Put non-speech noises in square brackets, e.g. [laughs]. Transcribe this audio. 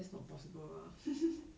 that's not possible ah [laughs]